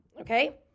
Okay